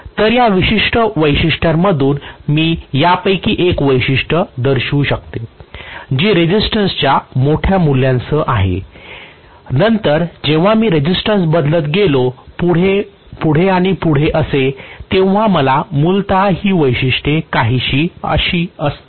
तर या विशिष्ट वैशिष्ट्यांमधून मी यापैकी एक वैशिष्ट्य दर्शवू शकते जी रेसिस्टन्सच्या मोठ्या मूल्यांसह आहे नंतर जेव्हा मी रेसिस्टन्स बदलत गेलो पुढे आणि पुढे असे तेव्हा मला मूलत हि वैशिष्ट्ये काहीशी अशी असतील